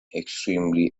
extremely